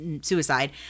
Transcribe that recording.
suicide